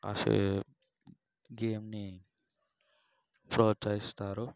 ఆ సేమ్ గేమ్ని ప్రోత్సహిస్తారు